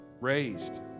Raised